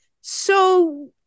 so-